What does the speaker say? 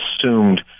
assumed